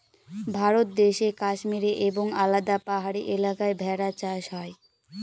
ভারত দেশে কাশ্মীরে এবং আলাদা পাহাড়ি এলাকায় ভেড়া চাষ হয়